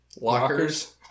lockers